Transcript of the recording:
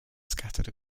scattered